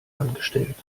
angestellt